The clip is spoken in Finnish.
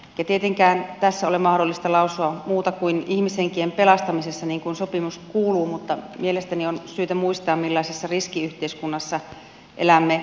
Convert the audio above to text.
ei tietenkään tässä ole mahdollista lausua muuta kuin ihmishenkien pelastamisesta niin kuin sopimus kuuluu mutta mielestäni on syytä muistaa millaisessa riskiyhteiskunnassa elämme